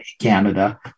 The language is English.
Canada